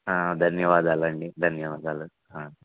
ధన్యవాదాలు అండి ధన్యవాదాలు